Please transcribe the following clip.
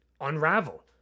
unravel